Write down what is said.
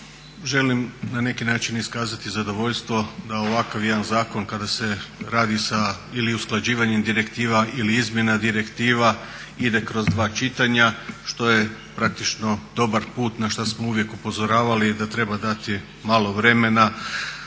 želim na neki način iskazati zadovoljstvo da ovakav jedan zakon kada se radi ili usklađivanje direktiva ili izmjena direktiva ide kroz dva čitanja što je praktično dobar put na što smo uvijek upozoravali da treba dati malo vremena